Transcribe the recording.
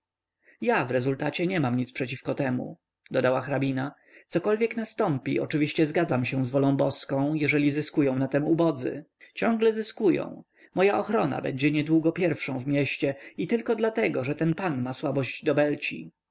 ja w rezultacie nie mam nic przeciw temu dodała hrabina cokolwiek nastąpi oczywiście zgadzam się z wolą boską jeżeli zyskują na tem ubodzy ciągle zyskują moja ochrona będzie niedługo pierwszą w mieście i tylko dlatego że ten pan ma słabość